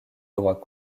droit